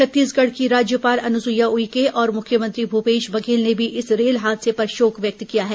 छत्तीसगढ़ की राज्यपाल अनुसुईया उइके और मुख्यमंत्री भूपेश बघेल ने भी इस रेल हादसे पर शोक व्यक्त किया है